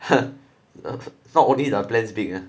not only the plans big ah